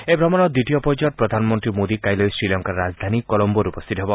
এই ভ্ৰমণৰ দ্বিতীয় পৰ্যায়ত প্ৰধানমন্ত্ৰী মোদী কাইলৈ শ্ৰীলংকাৰ ৰাজধানী কলম্বোত উপস্থিত হ'ব